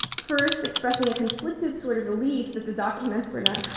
first, expressing a conflicted sort of relief that the documents were not